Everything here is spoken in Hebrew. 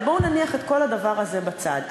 אבל בואו ונניח את כל הדבר הזה בצד.